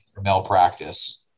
malpractice